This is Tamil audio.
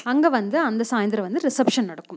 அங்கே வந்து அந்த சாய்ந்திரம் வந்து ரிசப்ஷன் நடக்கும்